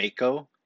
Mako